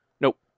nope